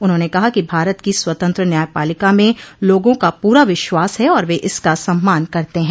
उन्होंने कहा कि भारत की स्वतंत्र न्यायपालिका में लोगों का पूरा विश्वास है और वे इसका सम्मान करते हैं